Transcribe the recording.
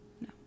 no